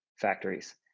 factories